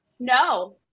No